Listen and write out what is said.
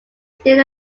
still